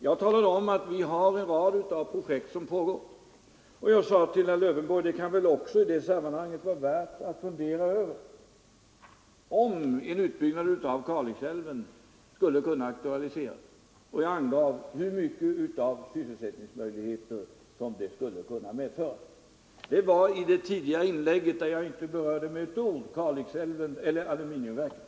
Jag talade om att vi har en rad projekt som pågår, och jag sade till herr Lövenborg: Det kan väl också i det sammanhanget vara värt att fundera över om en utbyggnad av Kalixälven skulle kunna aktualiseras. Och jag angav hur mycket av sysselsättningsmöjligheter som det skulle kunna medföra. Detta skedde i det tidigare inlägget, där jag inte med ett ord berörde aluminiumverket.